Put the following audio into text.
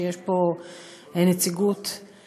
ויש לה פה נציגות משמעותית.